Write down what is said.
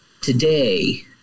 today